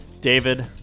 David